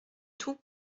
tout